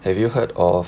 have you heard of